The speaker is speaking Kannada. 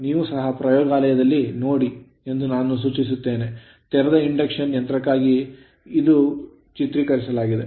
ನೀವು ಸಹ ಪ್ರಯೋಗಾಲಯದಲ್ಲಿ ನೋಡಿ ಎಂದು ನಾನು ಸೂಚಿಸುತ್ತೇನೆ ತೆರೆದ ಇಂಡಕ್ಷನ್ ಯಂತ್ರಕ್ಕಾಗಿ ಅದು ಇರುತ್ತದೆ